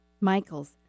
Michaels